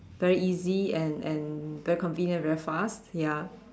very easy and and very convenient very fast ya